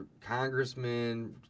congressmen